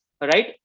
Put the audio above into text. right